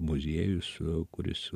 muziejus kuris